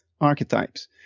archetypes